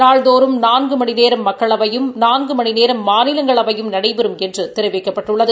நாள்தோறும் நான்கு மணி நேரம் மக்களவையும் நான்கு மணி நேரம் மாநிவங்ளையும் நடைபெறும் என்று தெரிவிக்கப்பட்டுள்ளது